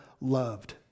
loved